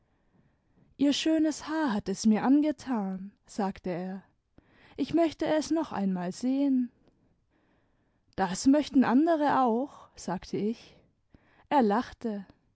ihr schönes haar hat es mir angetan sagte er ich möchte es noch einmal sehen das möchten andere auch sagte ich er lachte